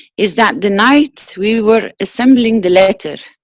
is that the night we were assembling the letter,